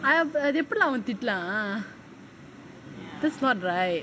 அது எப்பிடி அவன் திட்டலாம்:athu epidi avan thitalaam that's not right